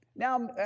Now